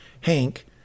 Hank